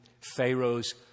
Pharaoh's